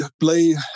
play